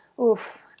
Oof